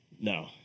No